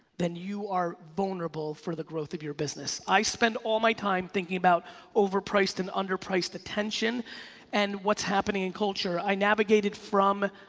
then you are vulnerable for the growth of your business. i spend all my time thinking about overpriced and underpriced attention and what's happening in culture. i navigated from